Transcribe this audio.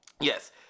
yes